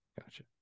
Gotcha